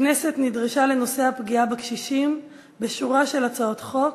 הכנסת נדרשה לנושא הפגיעה בקשישים בשורה של הצעות חוק,